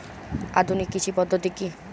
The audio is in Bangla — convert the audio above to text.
আধুনিক কৃষি পদ্ধতি কী?